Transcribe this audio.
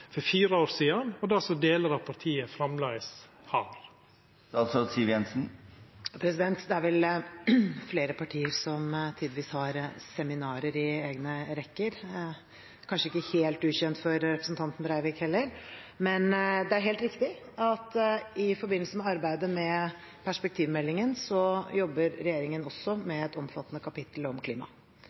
for fire år sidan, og som delar av partiet framleis har? Det er vel flere partier som tidvis har seminarer i egne rekker. Det er kanskje ikke helt ukjent for representanten Breivik heller. Men det er helt riktig at regjeringen i forbindelse med arbeidet med perspektivmeldingen også jobber med et omfattende kapittel om klima.